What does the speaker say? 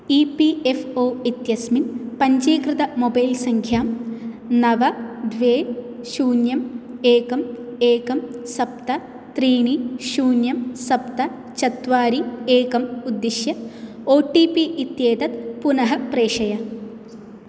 E P F O इत्यस्मिन् पञ्जीकृतमोबैल्सङ्ख्यां नव द्वे शून्यम् एकम् एकं सप्त त्रीणि शून्यं सप्त चत्वारि एकम् उद्दिश्य ओटिपि इत्येतत् पुनः प्रेषय